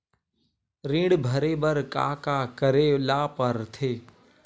ऋण भरे बर का का करे ला परथे?